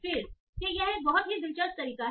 फिर से यह एक बहुत ही दिलचस्प तरीका है